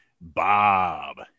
Bob